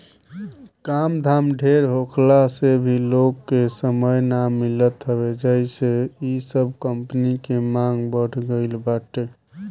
काम धाम ढेर होखला से भी लोग के समय ना मिलत हवे जेसे इ सब कंपनी के मांग बढ़ गईल बाटे